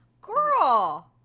Girl